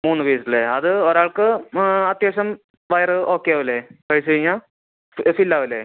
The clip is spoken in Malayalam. മൂന്ന് പീസ് അല്ലെ അത് ഒരാൾക്ക് അത്യാവശ്യം വയറ് ഓക്കെയാവൂലേ കഴിച്ച് കഴിഞ്ഞാൽ ഫി ഫിൽ ആവില്ലേ